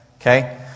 Okay